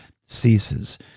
ceases